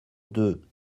deux